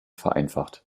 vereinfacht